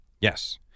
Yes